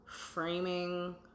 framing